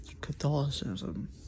Catholicism